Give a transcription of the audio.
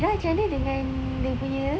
ira camne dengan dia punya